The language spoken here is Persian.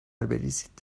بریزید